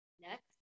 next